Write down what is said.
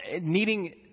needing